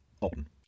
on